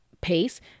pace